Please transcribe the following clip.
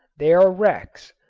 they are wrecks,